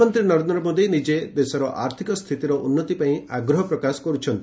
ପ୍ରଧାନମନ୍ତ୍ରୀ ନରେନ୍ଦ୍ର ମୋଦି ନିଜେ ଦେଶର ଆର୍ଥିକ ସ୍ଥିତିର ଉନ୍ନତି ପାଇଁ ଆଗ୍ରହ ପ୍ରକାଶ କରୁଛନ୍ତି